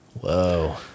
Whoa